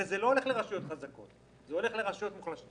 זה לא הולך לרשויות חזקות, זה הולך לרשויות חלשות.